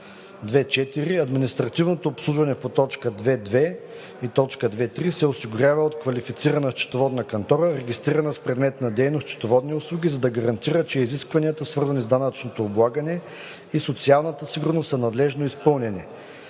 2.4. Административното обслужване по т. 2.2 и т. 2.3 се осигурява от квалифицирана счетоводна кантора, регистрирана с предмет на дейност счетоводни услуги, за да се гарантира, че изискванията, свързани с данъчното облагане и социалната сигурност, са надлежно изпълнени.